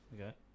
Okay